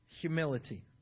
humility